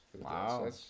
Wow